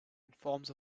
informs